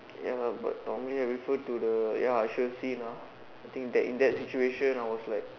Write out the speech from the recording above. ya lah but normally I refer to the ya I should've seen ah I think that in that situation I was like